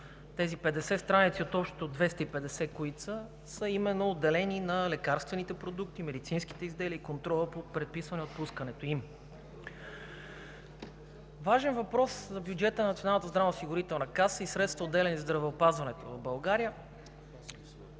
тези 50 страници от общо 250, е отделена именно на лекарствените продукти, медицинските изделия и на контрола по предписване на отпускането им. Важен въпрос за бюджета на Националната здравноосигурителна каса и средствата, отделяни за здравеопазването в България,